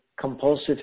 compulsive